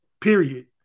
period